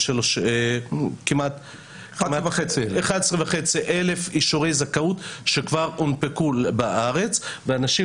כמעט 11,500 אישורי זכאות שכבר הונפקו בארץ והאנשים